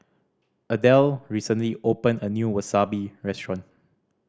Adell recently opened a new Wasabi Restaurant